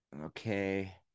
Okay